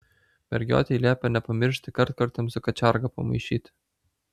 mergiotei liepia nepamiršti kartkartėm su kačiarga pamaišyti